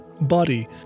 body